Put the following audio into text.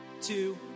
two